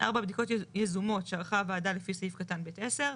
4. בדיקות יזומות שערכה הוועדה לפי סעיף קטן ב' (10).